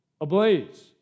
ablaze